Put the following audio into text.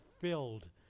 filled